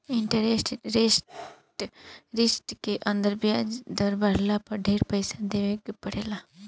interest rate risk के अंदर ब्याज दर बाढ़ला पर ढेर पइसा देवे के पड़ेला